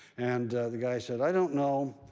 and the guy said, i don't know.